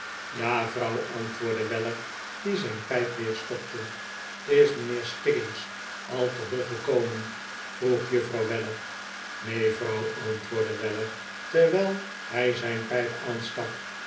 ja vrouw antwoordde weller die zijn pijp weer stopte is mijnheer stiggins al teruggekomen vroeg juffrouw weller neen vrouw antwoordde weller terwijl hij zijn pijp aanstak